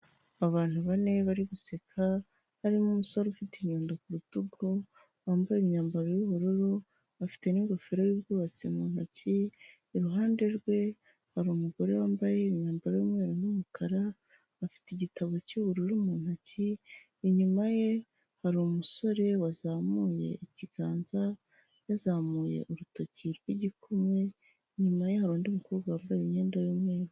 Abantu bane bari guseka harimo umusore ufite inyundo ku rutugu wambaye imyambaro y'ubururu afite n'ingofero y'ubwubatsi mu ntoki iruhande rwe hari umugore wambaye imyambaro y'umweru n'umukara afite igitabo cy'ubururu mu ntoki inyuma ye hari umusore wazamuye ikiganza yazamuye urutoki rw'igikumwe inyuma ye hari undi mukobwa wambaye imyenda y'umweru.